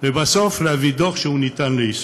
ובסוף להביא דוח שניתן ליישום.